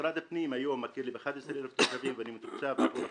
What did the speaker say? משרד הפנים היום מכיר לי ב-11,000 תושבים ואני מתוקצב עבורם.